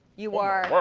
you are